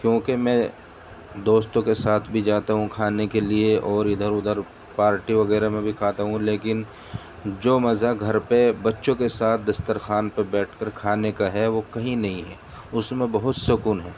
کیونکہ میں دوستوں کے ساتھ بھی جاتا ہوں کھانے کے لیے اور ادھر ادھر پارٹی وغیرہ میں بھی کھاتا ہوں لیکن جو مزہ گھر پہ بچوں کے ساتھ دستر خوان پہ بیٹھ کر کھانے کا ہے وہ کہیں نہیں ہے اس میں بہت سکون ہے